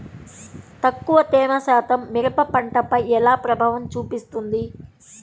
తక్కువ తేమ శాతం మిరప పంటపై ఎలా ప్రభావం చూపిస్తుంది?